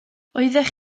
oeddech